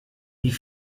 die